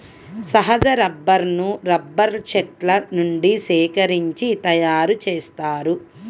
సహజ రబ్బరును రబ్బరు చెట్ల నుండి సేకరించి తయారుచేస్తారు